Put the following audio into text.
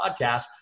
podcast